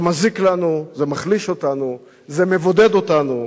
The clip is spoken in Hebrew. זה מזיק לנו, זה מחליש אותנו, זה מבודד אותנו.